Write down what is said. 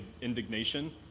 indignation